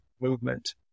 movement